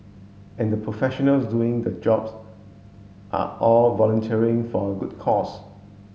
and the professionals doing the jobs are all volunteering for a good cause